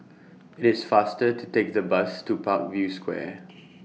IS faster to Take The Bus to Parkview Square